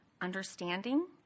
understanding